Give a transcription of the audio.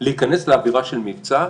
להיכנס לאווירה של מבצע.